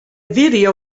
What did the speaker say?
video